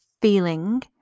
feeling